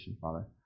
Father